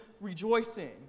rejoicing